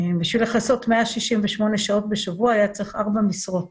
בשביל לכסות 168 שעות בשבוע, היה צריך ארבע משרות